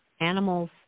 animals